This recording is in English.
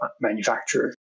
manufacturer